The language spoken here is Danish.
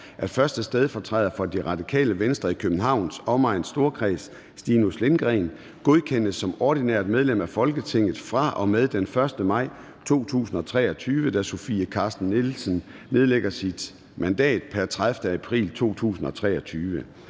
at 1. stedfortræder for Radikale Venstre i Københavns Omegns Storkreds, Stinus Lindgreen, godkendes som ordinært medlem af Folketinget fra og med den 1. maj 2023, da Sofie Carsten Nielsen nedlægger sit mandat pr. 30. april 2023.